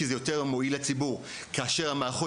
כי זה יותר מועיל לציבור כאשר המערכות